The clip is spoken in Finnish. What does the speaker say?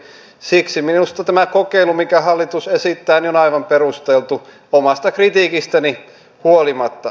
siksi minusta tämä kokeilu mitä hallitus esittää on aivan perusteltu omasta kritiikistäni huolimatta